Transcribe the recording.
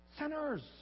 Sinners